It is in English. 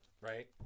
Right